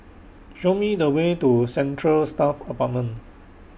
Show Me The Way to Central Staff Apartment